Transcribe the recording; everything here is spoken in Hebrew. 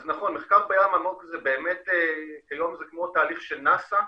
נכון, מחקר כזה הוא כמו תהליך של נאס"א.